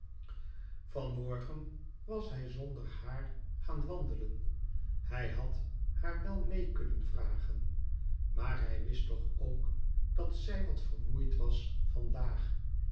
morgen was hij zonder haar gaan wanaeicn nij naa naar wel mee kunnen vragen maar hij wist toch ook dat zij wat vermoeid was